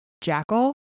Jackal